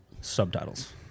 Subtitles